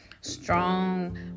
strong